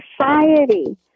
society